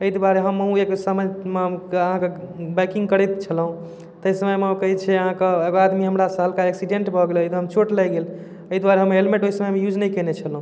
एहि दुआरे हमहूँ एक समयमे अहाँके बाइकिङ्ग करैत छलहुँ ताहि समयमे कहै छै अहाँके एगो आदमी हमरासँ हल्का एक्सीडेन्ट भऽ गेलै एकदम चोट लागि गेल एहि दुआरे हम हेलमेट ओहि समयमे यूज नहि कएने छलहुँ